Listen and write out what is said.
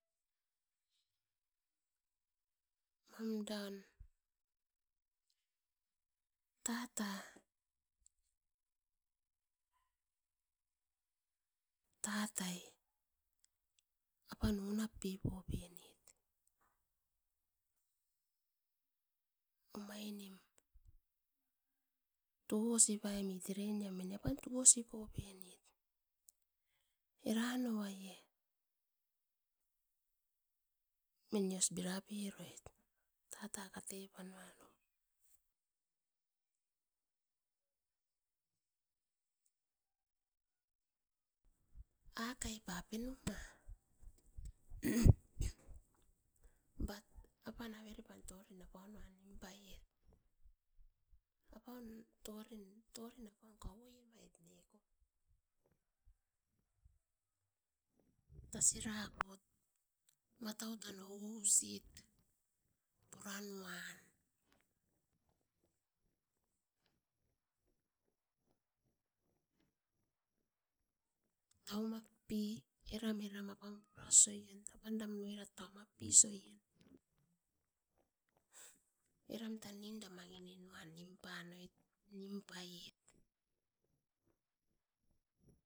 Mam dan tata tatai apan unap pipo nope nit omai nim tousi pai mit, mine apan tousi pope nit. Eran noaie mine os bira peroit tata kate panuan akai pa penu ma pep apan avere panan apaunuan tori nim paiet. Torin apaun kauoie-emait neko tasi rakut, matau tan ou ou sit, pura nuan. Tau mapi eram puras oie apan pura pura poie neko aine, eram tan ninda mani nuan nim panoit, nim paiet.